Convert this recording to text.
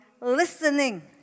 listening